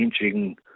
changing